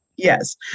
Yes